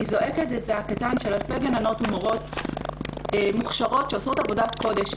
אני זועקת את זעקתן של אלפי גננות ומורות מוכשרות שעושות עבודת קודש,